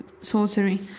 sorcery